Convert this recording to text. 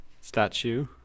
statue